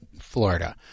Florida